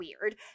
weird